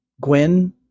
Gwen